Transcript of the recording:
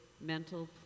mental